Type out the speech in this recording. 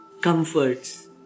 comforts